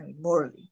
morally